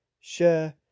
share